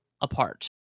apart